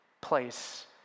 place